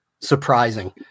surprising